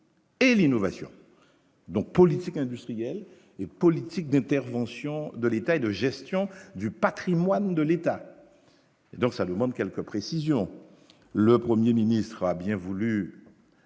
Et l'innovation donc politique industrielle et politique d'intervention de l'État et de gestion du Patrimoine de l'État, donc ça demande quelques précisions le 1er ministre a bien voulu.